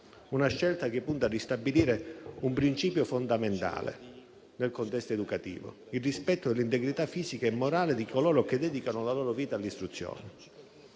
Tale scelta punta a ristabilire un principio fondamentale nel contesto educativo: il rispetto dell'integrità fisica e morale di coloro che dedicano la loro vita all'istruzione.